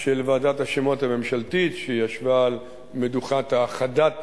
של ועדת השמות הממשלתית שישבה על מדוכת האחדת